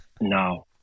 No